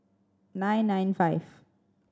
nine nine five